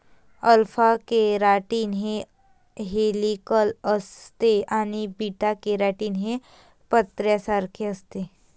alpha keratin हे helical असते आणि बीटा केराटीन हे पत्र्यासारखे असते